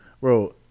bro